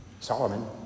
Solomon